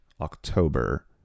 October